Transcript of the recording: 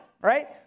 right